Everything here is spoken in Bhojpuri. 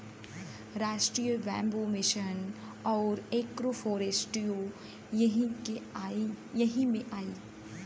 राष्ट्रीय बैम्बू मिसन आउर एग्रो फ़ोरेस्ट्रीओ यही में आई